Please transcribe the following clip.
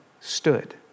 stood